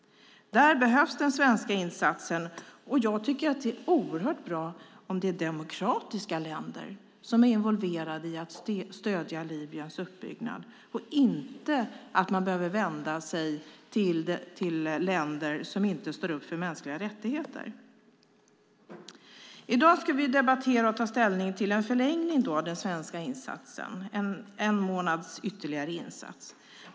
Där behövs den svenska insatsen, och jag tycker att det är oerhört bra om det är demokratiska länder som är involverade i att stödja Libyens uppbyggnad i stället för att man behöver vända sig till länder som inte står upp för mänskliga rättigheter. I dag ska vi debattera och ta ställning till en förlängning av den svenska insatsen. Det handlar om en månads ytterligare insats.